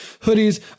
hoodies